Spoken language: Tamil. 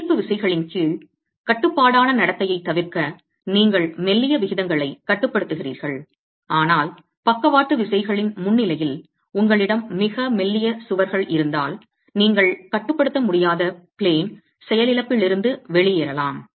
புவியீர்ப்பு விசைகளின் கீழ் கட்டுப்பாடான நடத்தையைத் தவிர்க்க நீங்கள் மெல்லிய விகிதங்களைக் கட்டுப்படுத்துகிறீர்கள் ஆனால் பக்கவாட்டு விசைகளின் முன்னிலையில் உங்களிடம் மிக மெல்லிய சுவர்கள் இருந்தால் நீங்கள் கட்டுப்படுத்த முடியாத பிளேன் செயலிழப்பிலிருந்து வெளியேறலாம்